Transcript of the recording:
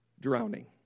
drowning